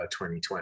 2020